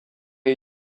est